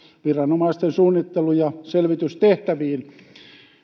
viranomaisten suunnittelu ja selvitystehtäviin